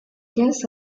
guess